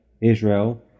israel